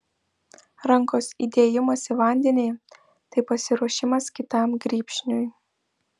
rankos įdėjimas į vandenį tai pasiruošimas kitam grybšniui